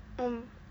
um